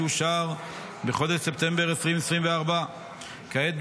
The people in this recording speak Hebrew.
שאושר בחודש ספטמבר 2024. כעת,